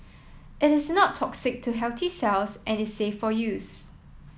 it is not toxic to healthy cells and is safe for use